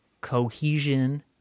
cohesion